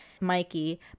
mikey